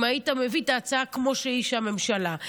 היית מביא את ההצעה של הממשלה כמו שהיא.